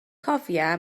cofia